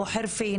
אבו חרפה.